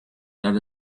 that